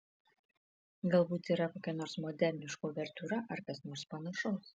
galbūt yra kokia nors moderniška uvertiūra ar kas nors panašaus